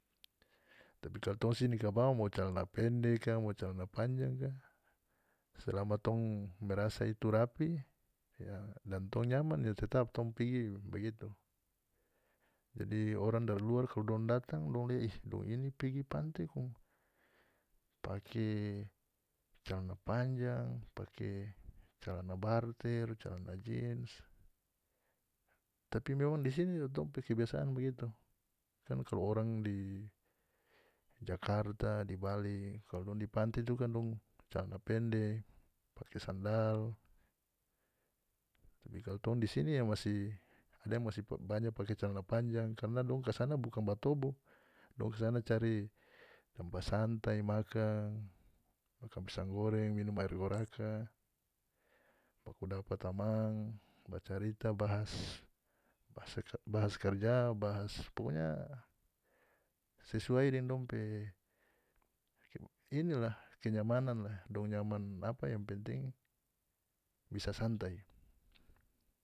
Tapi kalu tong di sini kabawa mo calana pende ka mo calana panjang ka selama tong merasa itu rapi ya dan tong nyaman ya tetap tong pigi begitu jadi orang dari luar kalu dong datang dong lia ih dong ini pigi pante kong pake calana panjang pake calana barter calana jins tapi memang di sini tong pe kebiasaan bagitu kan kalu orang di jakarta di bali kalu dong di pante itu kan dong calana pende pake sandal tapi kalu tong di sini ya masih ada yang masih banya pake calana panjang karna dong kasana bukan ba tobo dong kasana cari tampa santai makan makan pisang goreng minum air goraka bakudapa tamang bacarita bahas bahasa karja bahas pokonya sesuai deng dong pe inilah kenyamanan lah dong nyaman apa yang penting bisa santai.